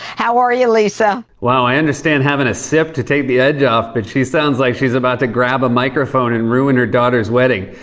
how are you, lisa? wow, i understand having a sip to take the edge off, but she sounds like she's about to grab a microphone and ruin her daughter's wedding.